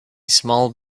small